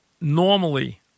Normally